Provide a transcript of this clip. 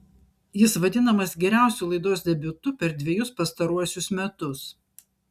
jis vadinamas geriausiu laidos debiutu per dvejus pastaruosius metus